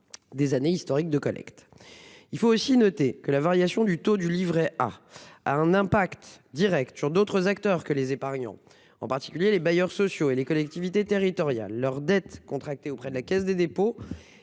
de collecte historiques. Notons aussi que la variation du taux du livret A a un impact sur d'autres acteurs que les épargnants, en particulier les bailleurs sociaux et les collectivités territoriales. Leur dette contractée auprès de la Caisse des dépôts